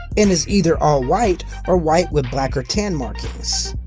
and is either all white or white with black or tan markings.